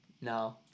No